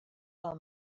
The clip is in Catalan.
del